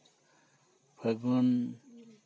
ᱯᱷᱟᱜᱩᱱ